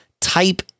type